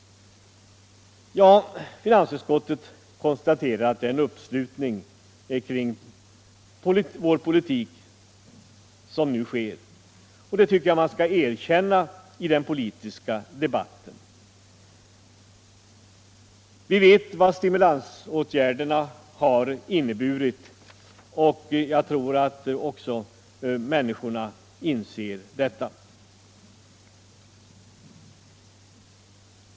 Finansutskottet konstaterar att det nu sker en uppslutning kring vår ekonomiska politik. Det bör erkännas i den politiska debatten. Vi vet vad stimulansåtgärderna har inneburit, och jag tror att också andra människor inser detta.